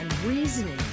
reasoning